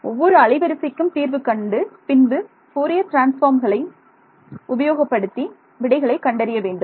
ஒவ்வொரு அலைவரிசைக்கும் தீர்வு கண்டு பின்பு போரியர் டிரான்ஸ்பார்ம்களை உபயோகப்படுத்தி விடைகளை கண்டறிய வேண்டும்